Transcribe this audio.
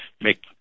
make